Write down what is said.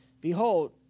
Behold